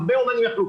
הרבה אמנים יכלו,